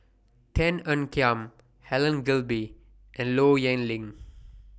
Tan Ean Kiam Helen Gilbey and Low Yen Ling